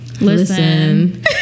Listen